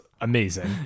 amazing